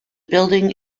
building